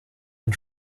and